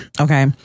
okay